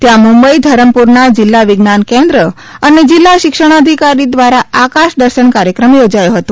ત્યાં મુંબઇ ધરમપુરના જિલ્લા વિજ્ઞાન કેન્દ્ર અને જિલ્લા શિક્ષણાધિકારી દ્વારા આકાશદર્શન કાર્યક્રમ યોજાયો હતો